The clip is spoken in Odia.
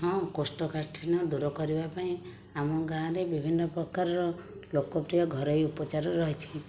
ହଁ କୋଷ୍ଠକାଠିନ୍ୟ ଦୂର କରିବାପାଇଁ ଆମ ଗାଁରେ ବିଭିନ୍ନ ପ୍ରକାରର ଲୋକପ୍ରିୟ ଘରୋଇ ଉପଚାର ରହିଛି